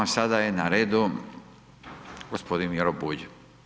Sada je na redu gospodin Miro Bulj.